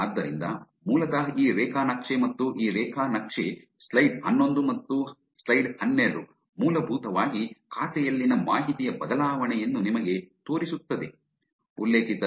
ಆದ್ದರಿಂದ ಮೂಲತಃ ಈ ರೇಖಾ ನಕ್ಷೆ ಮತ್ತು ಈ ರೇಖಾ ನಕ್ಷೆ ಸ್ಲೈಡ್ ಹನ್ನೊಂದು ಮತ್ತು ಸ್ಲೈಡ್ ಹನ್ನೆರಡು ಮೂಲಭೂತವಾಗಿ ಖಾತೆಯಲ್ಲಿನ ಮಾಹಿತಿಯ ಬದಲಾವಣೆಯನ್ನು ನಿಮಗೆ ತೋರಿಸುತ್ತದೆ